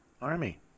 Army